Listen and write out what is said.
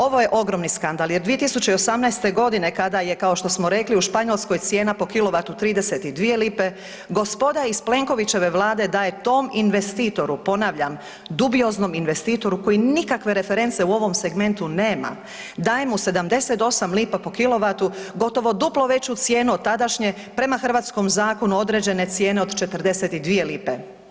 Ovo je ogromni skandal jer 2018.g. kada je, kao što smo rekli, u Španjolskoj cijena po kilovatu 32 lipe, gospoda iz Plenkovićeve vlade daje tom investitoru, ponavljam, dubioznom investitoru koji nikakve reference u ovom segmentu nema, daje mu 78 lipa po kilovatu, gotovo duplo veću cijenu od tadašnje, prema hrvatskom zakonu određene, cijene od 42 lipe.